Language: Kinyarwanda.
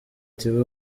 tigo